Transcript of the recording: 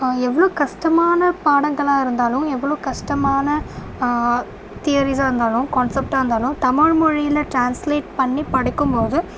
எவ்வளோ கஷ்டமான பாடங்களாக இருந்தாலும் எவ்வளோ கஷ்டமான தியரீஸாக இருந்தாலும் கான்செப்ட்டாக இருந்தாலும் தமிழ்மொழியில் டிரான்ஸ்லேட் பண்ணி படிக்கும்போது